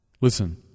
Listen